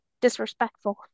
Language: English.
disrespectful